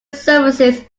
services